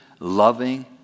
Loving